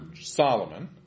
Solomon